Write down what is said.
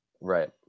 Right